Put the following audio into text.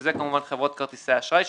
שזה כמובן חברות כרטיסי האשראי,